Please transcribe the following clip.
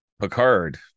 Picard